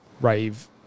rave